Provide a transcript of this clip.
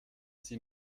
sie